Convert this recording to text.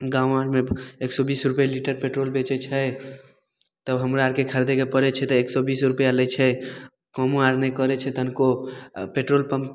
गाँव आरमे एक सए बीस रुपए लीटर पेट्रोल बेचैत छै तब हमरा आरके खरदैके पड़ैत छै तऽ एक सए बीस रुपआ लै छै कमो आर नहि करैत छै तनिको पेट्रोल पम्प